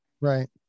Right